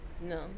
No